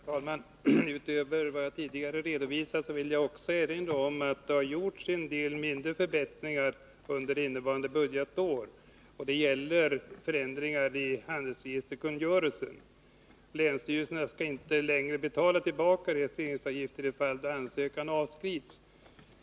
Herr talman! Utöver vad jag tidigare redovisat vill jag erinra om att det har gjorts en del mindre förbättringar under innevarande budgetår. Det gäller förändringar i handelsregisterkungörelsen. Länsstyrelserna skall inte längre betala tillbaka registreringsavgifter i de fall då ansökan avskrivs.